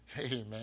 Amen